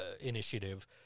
initiative